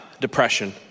depression